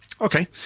Okay